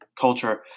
culture